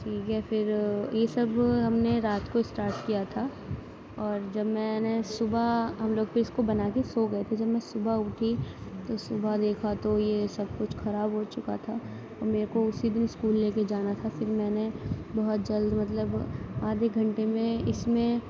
ٹھیک ہے پھر یہ سب ہم نے رات کو اسٹارٹ کیا تھا اور جب میں نے صبح ہم لوگ کو اس کو بنا کے سو گئے تھے جب میں صبح اٹھی تو صبح دیکھا تو یہ سب کچھ خراب ہو چکا تھا میرے کو اسی دن اسکول لے کے جانا تھا پھر میں نے بہت جلد مطلب آدھے گھنٹے میں اس میں